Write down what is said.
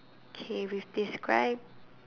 kay we've described